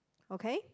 okay